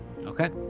Okay